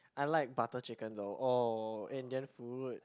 I like butter chicken though oh Indian food